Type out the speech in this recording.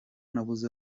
nabuze